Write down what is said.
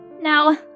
Now